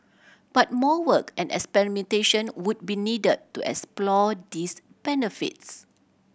but more work and experimentation would be needed to explore these benefits